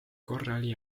korral